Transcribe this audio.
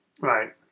right